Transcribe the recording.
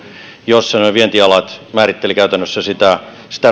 jossa vientialat määrittelevät käytännössä